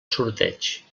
sorteig